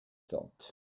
thought